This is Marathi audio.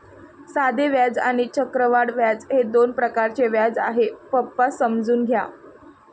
साधे व्याज आणि चक्रवाढ व्याज हे दोन प्रकारचे व्याज आहे, पप्पा समजून घ्या